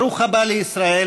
ברוך הבא לישראל,